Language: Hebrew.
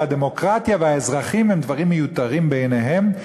הדמוקרטיה והאזרחים הם דברים מיותרים בעיניהם,